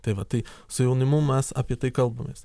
tai va tai su jaunimu mes apie tai kalbamės